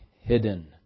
hidden